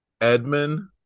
Edmund